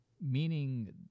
Meaning